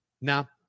now